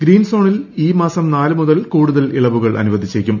green സോണിൽ ഈ മാസം നാല് മുതൽ കൂടുതൽ ഇളവുകൾ അനുവദിച്ചേക്കും